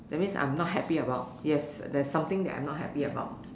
that means I'm not happy about yes there's something that I'm not happy about